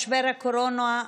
משבר הקורונה,